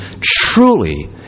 truly